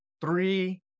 three